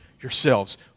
yourselves